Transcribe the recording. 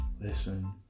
listen